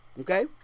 okay